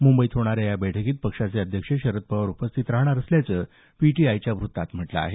मुंबईत होणाऱ्या या बैठकीत पक्षाचे अध्यक्ष शरद पवारही उपस्थित राहणार असल्याचं पीटीआयच्या व्त्तात म्हटलं आहे